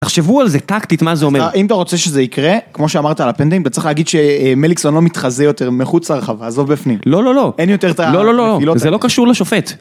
תחשבו על זה טקטית מה זה אומר. אם אתה רוצה שזה יקרה, כמו שאמרת על הפנדלים, אתה צריך להגיד שמליקסון לא מתחזה יותר מחוץ לרחבה, עזוב בפנים. לא לא לא. אין יותר את ה... לא לא לא. זה לא קשור לשופט,